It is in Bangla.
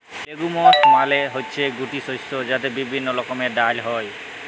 লেগুমস মালে হচ্যে গুটি শস্য যাতে বিভিল্য রকমের ডাল হ্যয়